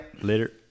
Later